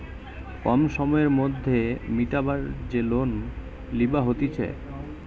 কম সময়ের মধ্যে মিটাবার যে লোন লিবা হতিছে